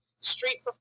street